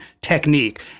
technique